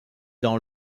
dans